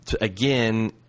again